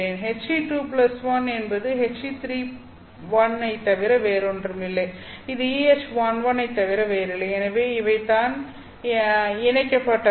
HE21 என்பது HE31 ஐத் தவிர வேறில்லை அது EH11 ஐத் தவிர வேறில்லை எனவே இவை தான் இணைக்கப் பட்டவைகள்